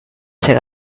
ser